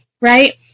right